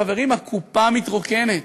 חברים, הקופה מתרוקנת.